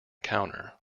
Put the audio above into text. counter